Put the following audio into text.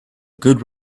good